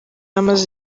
amaze